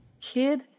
Kid